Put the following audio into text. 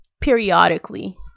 periodically